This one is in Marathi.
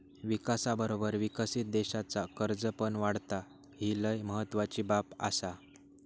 विकासाबरोबर विकसित देशाचा कर्ज पण वाढता, ही लय महत्वाची बाब आसा